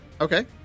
Okay